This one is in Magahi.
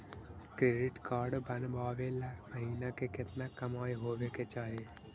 क्रेडिट कार्ड बनबाबे ल महीना के केतना कमाइ होबे के चाही?